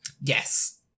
Yes